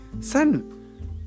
Son